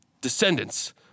descendants